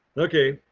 okay.